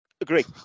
agree